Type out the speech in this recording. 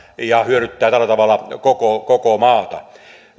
ja hyödyttää tällä tavalla koko koko maata